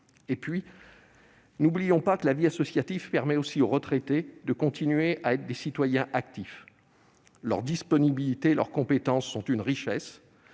Et puis, n'oublions pas que la vie associative permet aussi aux retraités de continuer à être des citoyens « actifs ». Leur disponibilité et leurs compétences sont une richesse.